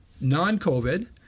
non-COVID